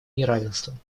неравенством